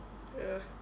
ya